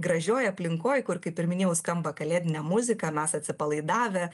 gražioj aplinkoj kur kaip ir minėjau skamba kalėdinė muzika mes atsipalaidavę